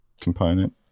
component